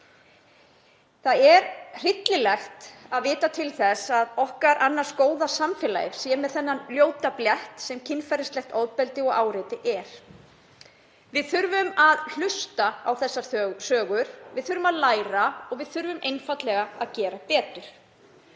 að vera. Hryllilegt er að vita til þess að okkar annars góða samfélag sé með þann ljóta blett sem kynferðislegt ofbeldi og áreiti er. Við þurfum að hlusta á þessar sögur. Við þurfum að læra og við þurfum einfaldlega að gera betur.